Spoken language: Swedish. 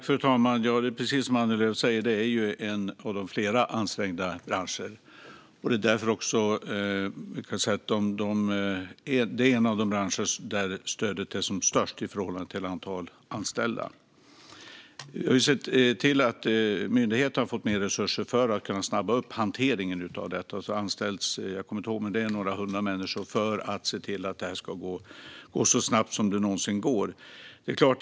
Fru talman! Detta är, precis som Annie Lööf säger, en av flera ansträngda branscher. Det är också en av de branscher där stödet är som störst i förhållande till antalet anställda. Vi har sett till att myndigheterna har fått mer resurser för att kunna snabba upp hanteringen av detta. Det har anställts några hundra människor - jag kommer inte riktigt ihåg - för att detta ska gå så snabbt som någonsin är möjligt.